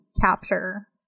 capture